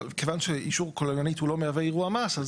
אבל כיוון שאישור כוללנית הוא לא מהווה אירוע מס אז אין שום בעיה.